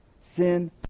Sin